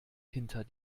hinter